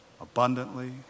abundantly